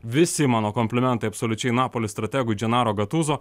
visi mano komplimentai absoliučiai napoli strategui dženaro gatuzo